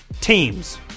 teams